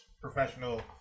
professional